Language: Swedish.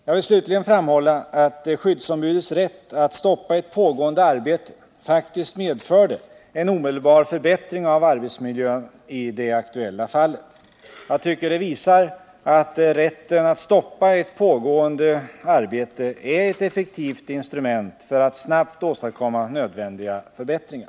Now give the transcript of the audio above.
Jag vill slutligen framhålla att skyddsombudets rätt att stoppa ett pågående arbete faktiskt medförde en omedelbar förbättring av arbetsmiljön i det aktuella fallet. Jag tycker det visar att rätten att stoppa ett pågående arbete är ett effektivt instrument för att snabbt åstadkomma nödvändiga förbättringar.